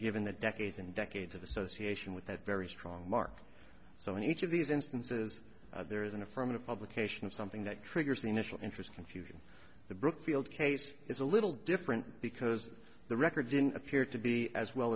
given the decades and decades of association with that very strong mark so in each of these instances there is an affirmative publication of something that triggers the initial interest confusing the brookfield case is a little different because the record didn't appear to be as well